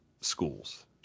schools